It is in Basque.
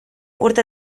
urte